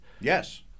Yes